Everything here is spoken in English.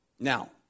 Now